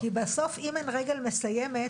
כי בסוף, אם אין רגל מסיימת,